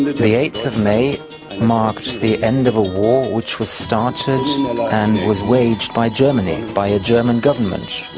the eighth of may marked the end of a war which was started and was waged by germany, by a german government,